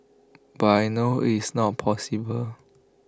but I know IT is not possible